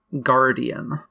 guardian